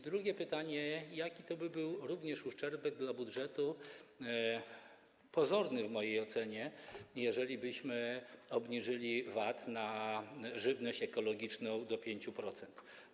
Drugie pytanie: Jaki to byłby uszczerbek dla budżetu - pozorny w mojej ocenie - jeżelibyśmy obniżyli VAT na żywność ekologiczną do 5%?